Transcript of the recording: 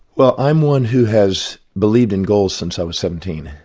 well i'm one who has believed in goals since i was seventeen.